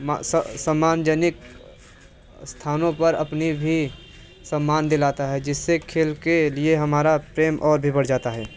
सम्मानजनिक स्थानों पर अपनी भी सम्मान दिलाता है जिससे खेल के लिए हमारा प्रेम और भी बढ़ जाता है